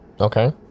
Okay